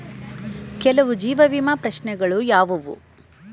ಕೆಲವು ಜೀವ ವಿಮಾ ಪ್ರಶ್ನೆಗಳು ಯಾವುವು?